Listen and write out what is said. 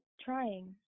trying